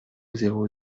zéro